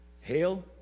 hail